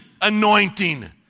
anointing